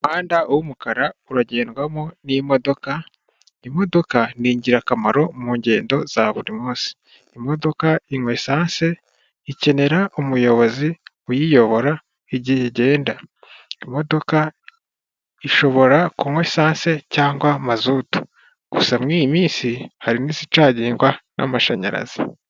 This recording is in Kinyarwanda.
Umuhanda w'umukara uragendwamo n'imodoka imodoka ni ingirakamaro mu ngendo za buri munsi, imodoka inywa esanse ikenera umuyobozi uyiyobora igihe igenda imodoka ishobora kunywa isanse cyangwa mazutu gusa muri iyi minsi hari n'izicagingwa n'amashanyarazi.